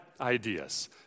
ideas